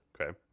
Okay